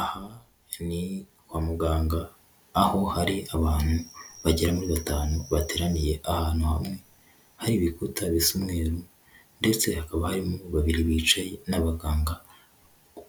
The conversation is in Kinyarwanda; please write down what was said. Aha ni kwa muganga aho hari abantu bagera muri batanu bateraniye ahantu hamwe, hari ibikuta bisa umweru ndetse hakaba harimo babiri bicaye n'abaganga